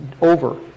over